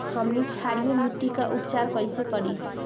हमनी क्षारीय मिट्टी क उपचार कइसे करी?